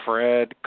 Fred